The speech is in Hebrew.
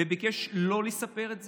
וביקש לא לספר את זה?